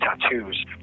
tattoos